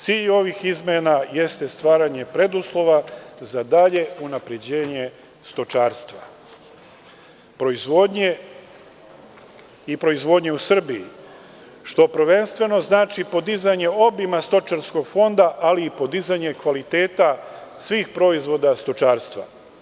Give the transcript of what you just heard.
Cilj ovih izmena jeste stvaranje preduslova za dalje unapređenje stočarstva, proizvodnje i proizvodnje u Srbiji, što prvenstveno znači podizanje obima stočarskog fonda, ali i podizanje kvaliteta svih proizvoda stočarstva.